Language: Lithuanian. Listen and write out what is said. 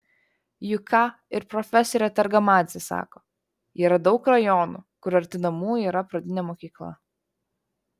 juk ką ir profesorė targamadzė sako yra daug rajonų kur arti namų yra pradinė mokykla